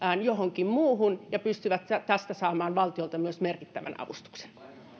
johonkin muuhun eli ne pystyvät tästä saamaan valtiolta merkittävän avustuksen